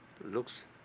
looks